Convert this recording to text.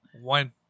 One